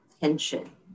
tension